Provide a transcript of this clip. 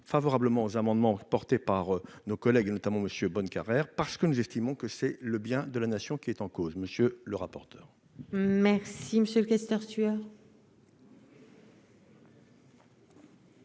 favorablement aux amendements apportés par nos collègues, notamment monsieur Bonnecarrere parce que nous estimons que c'est le bien de la nation qui est en cause, monsieur le rapporteur. Merci monsieur le questeur sueur.